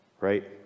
right